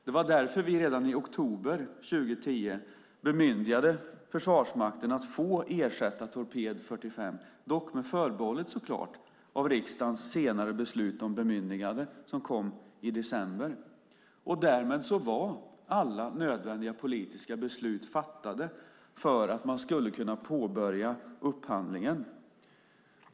Det var därför vi redan i oktober 2010 bemyndigade Försvarsmakten att få ersätta torped 45, dock med förbehållet, så klart, om riksdagens senare beslut om bemyndigande som kom i december. Därmed var alla nödvändiga politiska beslut fattade för att man skulle kunna påbörja upphandlingen.